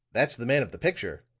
that's the man of the picture